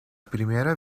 primera